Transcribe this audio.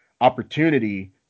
opportunity